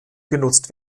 genutzt